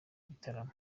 bitaramo